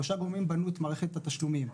שלושה גורמים בנו את מערכת התשלומים.